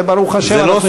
וברוך השם אנחנו התקדמנו.